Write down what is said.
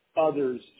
others